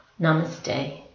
Namaste